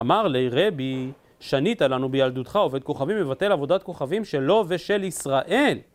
אמר לי, רבי, שנית לנו בילדותך עובד כוכבים מבטל עבודת כוכבים שלו ושל ישראל.